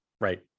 right